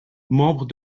membres